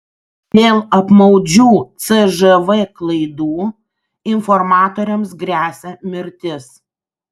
dėl apmaudžių cžv klaidų informatoriams gresia mirtis